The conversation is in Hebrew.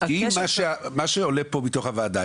כי אם מה שעולה פה מתוך הועדה,